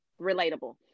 Relatable